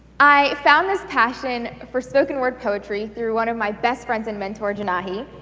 i found this passion for spoken word poetry through one of my best friends and mentor, jenahi.